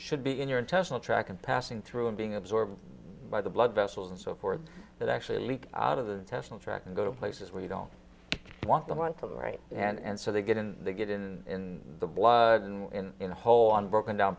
should be in your intentional track and passing through and being absorbed by the blood vessels and so forth that actually leak out of the national track and go to places where you don't want them on to the right and so they get in they get in the blood and in a whole on broken down